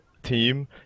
team